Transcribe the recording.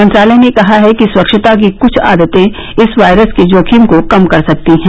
मंत्रालय ने कहा है कि स्वच्छता की कुछ आदतें इस वायरस के जोखिम को कम कर सकती हैं